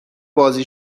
بازی